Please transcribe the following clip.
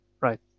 right